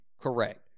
Correct